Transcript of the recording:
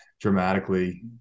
dramatically